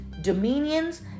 dominions